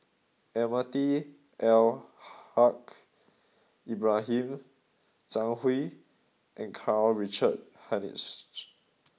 Almahdi Al Haj Ibrahim Zhang Hui and Karl Richard Hanitsch